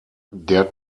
der